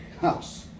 house